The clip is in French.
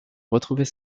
retrouver